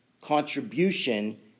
contribution